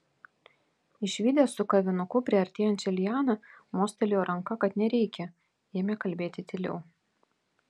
išvydęs su kavinuku priartėjančią lianą mostelėjo ranka kad nereikia ėmė kalbėti tyliau